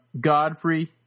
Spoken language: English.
Godfrey